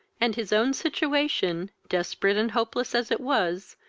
and his own situation, desperate and hopeless as it was,